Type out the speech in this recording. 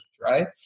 right